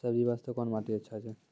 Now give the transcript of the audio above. सब्जी बास्ते कोन माटी अचछा छै?